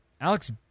Alex